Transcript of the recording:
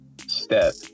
step